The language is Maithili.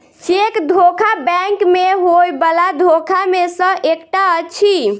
चेक धोखा बैंक मे होयबला धोखा मे सॅ एकटा अछि